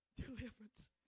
deliverance